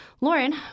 Lauren